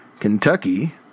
Kentucky